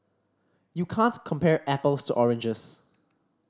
you can't compare apples to oranges